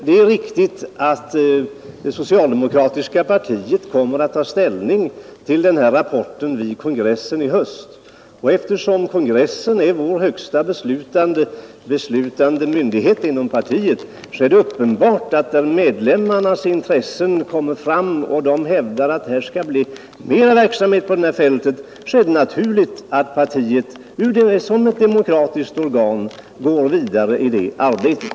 Det är riktigt att det socialdemokratiska partiet kommer att ta ställning till den nämnda rapporten vid kongressen i höst. Kongressen är ju partiets högsta beslutande myndighet, där medlemmarnas intressen kommer till uttryck, och om de hävdar att det skall bli större aktivitet på detta fält, är det naturligt att partiet som ett demokratiskt organ verkar för att driva på detta arbete.